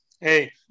hey